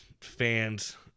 fans